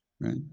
Right